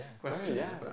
questions